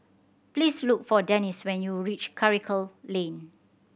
please look for Denis when you reach Karikal Lane